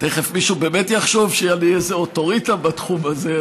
תכף מישהו באמת יחשוב שהיה לי איזה אוטוריטה בתחום הזה.